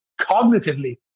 cognitively